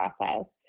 process